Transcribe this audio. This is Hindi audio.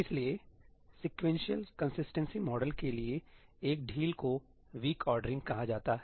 इसलिए सीक्वेंशियल कंसिस्टेंसी मॉडल के लिए एक ढील को वीक ऑर्डरिंग'weak ordering'कहा जाता है